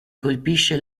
colpisce